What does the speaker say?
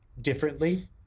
differently